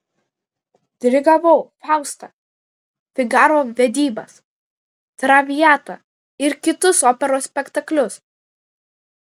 dirigavau faustą figaro vedybas traviatą ir kitus operos spektaklius